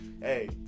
hey